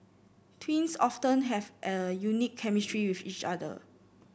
twins often have a unique chemistry with each other